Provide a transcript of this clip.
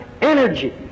energy